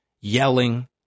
yelling